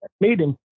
meeting